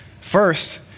First